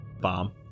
bomb